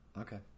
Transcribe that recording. Okay